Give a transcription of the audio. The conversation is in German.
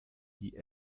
die